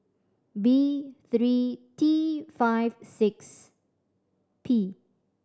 B three T five six P